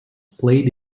played